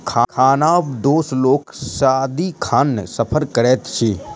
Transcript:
खानाबदोश लोक सदिखन सफर करैत अछि